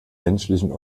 menschlichen